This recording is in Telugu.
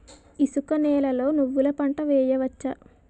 ఇసుక నేలలో నువ్వుల పంట వేయవచ్చా?